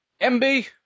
MB